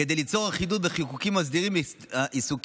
כדי ליצור אחידות בחיקוקים המסדירים עיסוקים